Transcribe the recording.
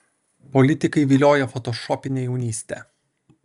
politikai vilioja fotošopine jaunyste